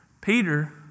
Peter